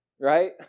right